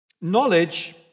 Knowledge